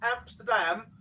amsterdam